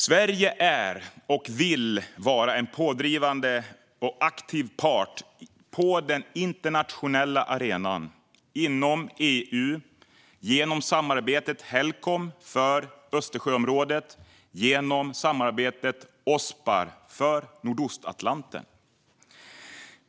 Sverige är och vill vara en pådrivande och aktiv part på den internationella arenan, inom EU, genom samarbetet Helcom för Östersjöområdet och genom samarbetet Ospar för Nordostatlanten.